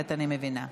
אני קובעת